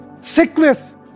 Sickness